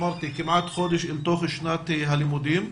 כמעט חודש מאז פתיחת שנת הלימודים.